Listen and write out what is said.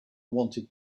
wanted